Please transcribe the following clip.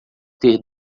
ter